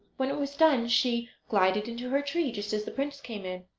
when it was done she glided into her tree just as the prince came in.